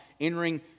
entering